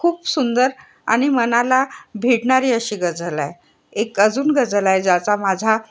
खूप सुंदर आणि मनाला भेटणारी अशी गझल आहे एक अजून गझल आहे ज्याचा माझा